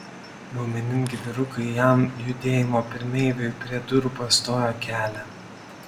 raumeningi vyrukai jam judėjimo pirmeiviui prie durų pastojo kelią